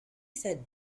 said